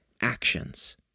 actions